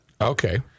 okay